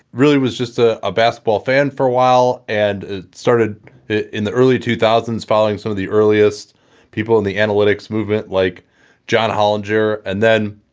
really was just ah a basketball fan for a while and started in the early two thousand s following some of the earliest people in the analytics movement like john hollinger. and then